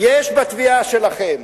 יש בתביעה שלכם,